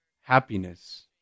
happiness